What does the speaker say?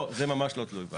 לא, זה ממש לא תלוי ועדה.